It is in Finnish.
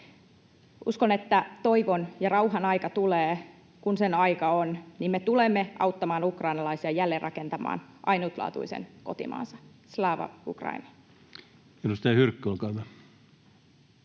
Uskon ja toivon, että rauhan aika tulee. Kun sen aika on, niin me tulemme auttamaan ukrainalaisia jälleenrakentamaan ainutlaatuisen kotimaansa. — Slava Ukraini!